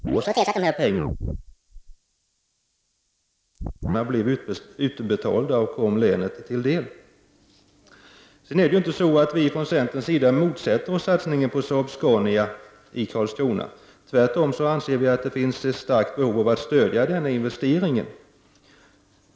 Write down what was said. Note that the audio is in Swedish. Herr talman! Jag kan inte tolka Marianne Stålbergs uttalanden om järnvägspengarna på något annat sätt än att hon menar att det givna löftet om 150 miljoner skall hållas och infrias. Det tycker jag är bra och positivt. Men jag skulle bara önska att ansvarigt statsråd och de ansvariga från det aktuella departementet också sade detta och såg till att dessa pengar blev utbetalda och kom länet till del. Vi från centern motsätter oss inte satsningen på Saab-Scania i Karlskrona. Tvärtom anser vi att det finns ett starkt behov av att stödja denna investering.